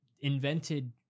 invented